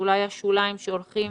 אלה אולי השוליים שהולכים